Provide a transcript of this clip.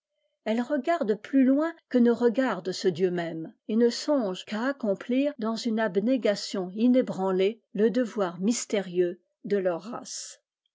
elles regardent plus loin que ne regarde ce dieu même et ne songent qu'à accomplir dans une abnégation inébranlée le devoir mystérieux de leur race